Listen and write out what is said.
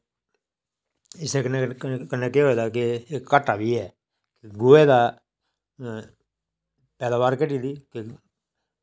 इस कन्नै केह् होए दा कि इक घाटा बी ऐ कि गेहे दी पैदावार घट्टी दी